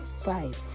five